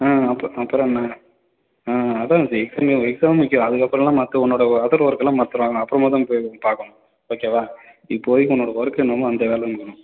ஆ அப்போ அப்புறம் என்ன ஆ அதுதான் இந்த எக்ஸாம் எக்ஸாம் முக்கியம் அதுக்கப்புறம் தான் மற்ற உன்னோடய அதர் ஒர்க்கெலாம் மற்றதுலாம் அதெலாம் அப்புறமா தான் போய் பார்க்கணும் ஓகேவா இப்போதைக்கு உன்னோடய ஒர்க் என்னமோ அந்த வேலையை மட்டும் தான்